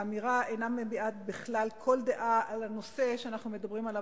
האמירה אינה מביעה בכלל כל דעה על הנושא שאנחנו מדברים עליו,